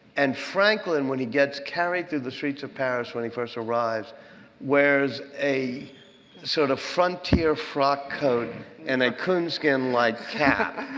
and franklin when he gets carried through the streets of paris when he first arrives wears a sort of frontier frock coat and a coonskin-lined cap.